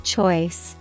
Choice